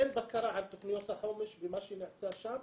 אין בקרה על תוכניות החומש ומה שנעשה שם.